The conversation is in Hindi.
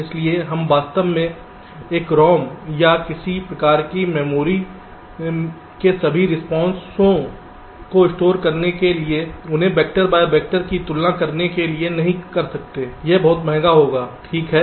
इसलिए हम वास्तव में एक रॉम या किसी प्रकार की मेमोरी में सभी रिस्पांस ओं को स्टोर करने और उन्हें वेक्टर बाय वेक्टर की तुलना करने के लिए नहीं कर सकते हैं यह बहुत महंगा होगा ठीक है